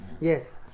Yes